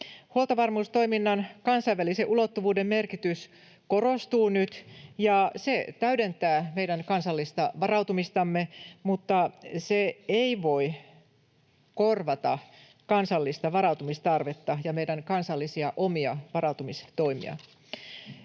Huoltovarmuustoiminnan kansainvälisen ulottuvuuden merkitys korostuu nyt, ja se täydentää meidän kansallista varautumistamme, mutta se ei voi korvata kansallista varautumistarvetta ja meidän kansallisia, omia varautumistoimia.